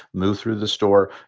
move through the store,